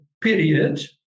period